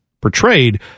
portrayed